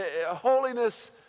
holiness